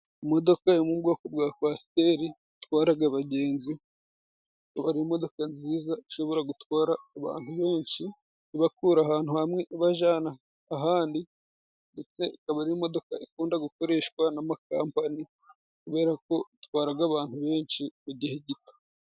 Imodoka yo mu bwoko bwa Kwasiteri itwaraga abagenzi. Ikaba ari imodoka nziza ishobora gutwara abantu benshi ibakura ahantu hamwe ibajana ahandi, ndetse ikaba imodoka ikunda gukoreshwa n'amakampani, kubera ko itwaraga abantu benshi mu gihe gito.